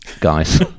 guys